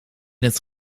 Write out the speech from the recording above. het